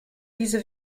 diese